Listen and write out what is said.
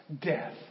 death